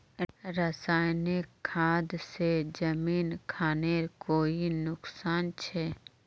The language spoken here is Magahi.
रासायनिक खाद से जमीन खानेर कोई नुकसान छे?